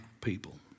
people